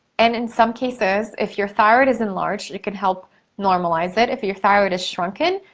and in some cases, if your thyroid is enlarged, it could help normalize it. if your thyroid is shrunken,